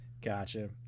gotcha